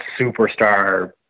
superstar